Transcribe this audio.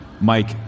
Mike